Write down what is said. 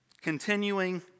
Continuing